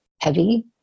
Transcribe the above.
heavy